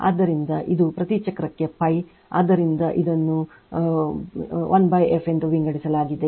ಆದ್ದರಿಂದ ಇದು ಪ್ರತಿ ಚಕ್ರಕ್ಕೆ π ಆದ್ದರಿಂದ ಇದನ್ನು f ಎಂದು ವಿಂಗಡಿಸಲಾಗಿದೆ